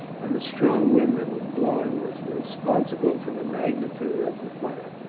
and the strong wind that was blowing was responsible for the magnitude of the fire.